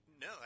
No